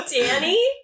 Danny